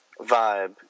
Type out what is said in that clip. vibe